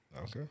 Okay